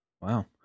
Wow